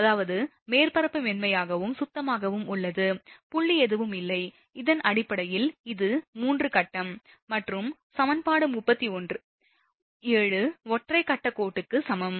அதாவது மேற்பரப்பு மென்மையாகவும் சுத்தமாகவும் உள்ளது புள்ளி எதுவும் இல்லை இதன் அடிப்படையில் இது 3 கட்டம் மற்றும் சமன்பாடு 37 ஒற்றை கட்ட கோடுக்கு சமம்